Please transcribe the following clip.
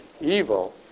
evil